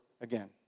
again